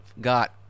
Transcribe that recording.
got